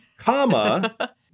comma